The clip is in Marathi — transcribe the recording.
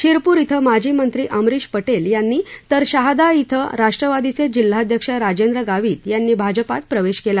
शिरपूर धिं माजी मंत्री अमरिश पटेल यांनी तर शहादा धिं राष्ट्रवादीचे जिल्हाध्यक्ष राजेंद्र गावित यांनी भाजपात प्रवेश केला